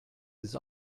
his